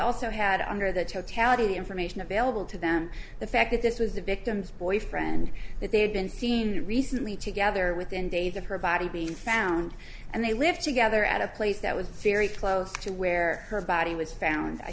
totality the information available to them the fact that this was the victim's boyfriend that they had been seen recently together within days of her body being found and they lived together at a place that was very close to where her body was found i